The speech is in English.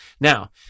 now